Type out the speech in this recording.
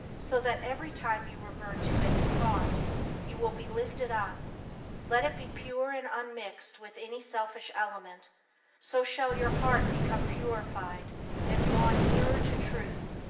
so that every time you revert to it in thought you will be lifted up let it be pure and unmixed with any selfish element so shall your heart become purified and drawn nearer to truth,